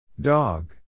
Dog